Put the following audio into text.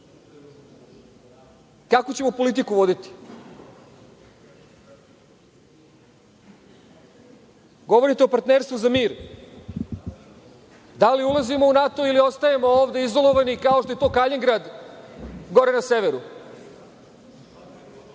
Kakvu ćemo politiku voditi? Govorite o partnerstvu za mir, da li ulazimo u NATO ili ostajemo ovde, izolovani, kao što je to Kaljingrad, gore na severu?